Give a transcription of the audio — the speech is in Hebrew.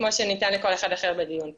כמו שניתן לכל אחד אחר בדיון פה.